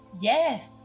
yes